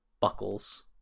buckles